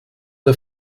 der